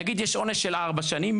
נגיד יש עונש של ארבע שנים,